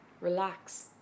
Relax